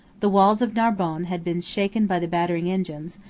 the walls of narbonne had been shaken by the battering engines,